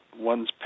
one's